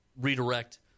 redirect